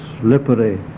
slippery